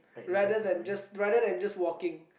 rather than just rather than just walking